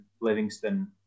Livingston